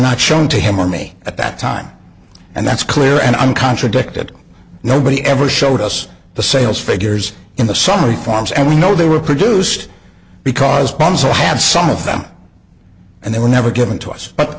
not shown to him or me at that time and that's clear and i'm contradicted nobody ever showed us the sales figures in the summary forms and we know they were produced because ponselle had some of them and they were never given to us but